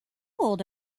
old